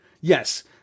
Yes